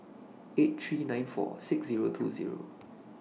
eight three nine four six Zero two Zero